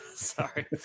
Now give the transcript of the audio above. sorry